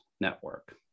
Network